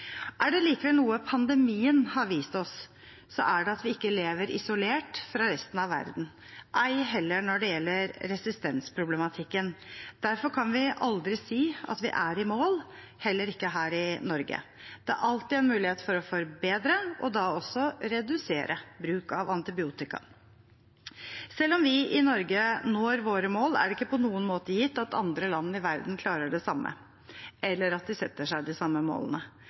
Er det likevel noe pandemien har vist oss, er det at vi ikke lever isolert fra resten av verden, ei heller når det gjelder resistensproblematikken. Derfor kan vi aldri si at vi er i mål, heller ikke her i Norge. Det er alltid en mulighet for å forbedre, og da også redusere bruk av antibiotika. Selv om vi i Norge når våre mål, er det ikke på noen måte gitt at andre land i verden klarer det samme, eller at de setter seg de samme målene.